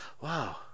Wow